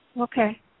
Okay